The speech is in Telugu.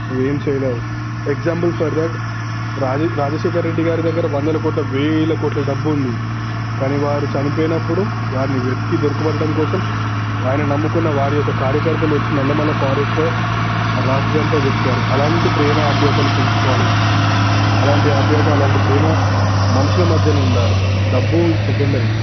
నువ్వేం చేయలేవు example for that Raja Rajasekhar Reddy గారి దగ్గర వందల కోట్ల వేలకోట్ల డబ్బు ఉంది కానీ వారు చనిపోయినప్పుడు వారిని వెతికి దొరకబడటం కోసం ఆయన నమ్ముకున్న వారి యొక్క కార్యకర్తలు వచ్చి నల్లమల ఫారెస్ట్లో రాత్రి అంతా వెతికారు అలాంటి ప్రేమ ఆప్యాయతలు పెంచుకోవాలి అలాంటి ఆప్యాయత అలాంటి ప్రేమ మనుషుల మధ్యన ఉండాలి డబ్బు సెకండరీ